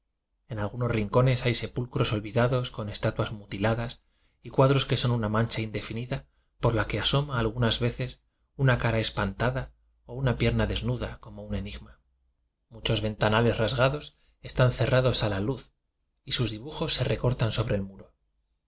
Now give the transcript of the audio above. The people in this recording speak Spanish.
en algunos rincones hay sepulcros olvidados con estatuas mutiladas y cuadros que son una mancha indefinida por a que asoma algunas veces una cara espantada o una pierna desnuda como un enigma muchos ventanales rasgados están cerrados a a uz y sus dibujos se recortan sobre el niuro